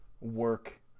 work